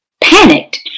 panicked